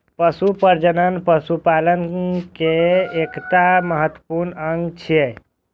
पशु प्रजनन पशुपालन केर एकटा महत्वपूर्ण अंग छियै